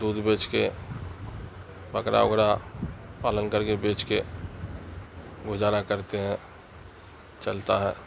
دودھ بیچ کے پکڑا وکڑا پالن کر کے بیچ کے گزارا کرتے ہیں چلتا ہے